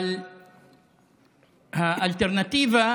אבל האלטרנטיבה